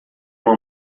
uma